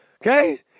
Okay